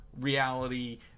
reality